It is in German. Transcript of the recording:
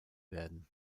werden